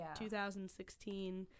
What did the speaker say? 2016